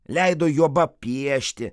leido juoba piešti